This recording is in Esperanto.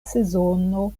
sezono